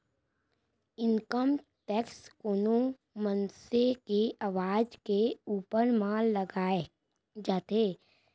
income tax कोनो मनसे के आवक के ऊपर म लगाए जाथे